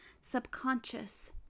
subconscious